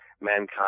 mankind